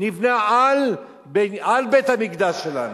נבנה על בית-המקדש שלנו,